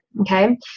okay